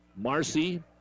Marcy